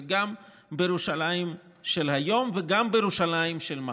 גם בירושלים של היום וגם בירושלים של מחר.